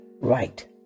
right